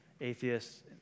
atheists